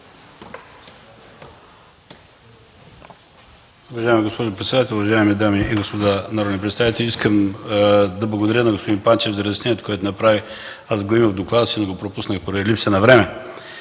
Уважаема госпожо председател, уважаеми дами и господа народни представители, искам да благодаря на господин Панчев за разяснението, което направи. Аз го имам в доклада си, но го пропуснах поради липса на време